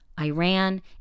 Iran